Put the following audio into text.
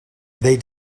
they